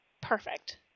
perfect